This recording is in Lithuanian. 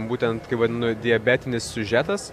būtent kaip vadinu diabetinis siužetas